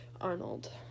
Arnold